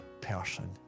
person